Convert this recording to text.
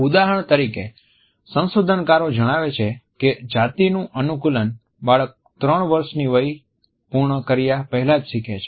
ઉદાહરણ તરીકે સંશોધનકારો જણાવે છે કે જાતિનું અનુકુલન બાળક ત્રણ વર્ષની વય પૂર્ણ કર્યા પહેલા જ શીખે છે